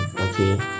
okay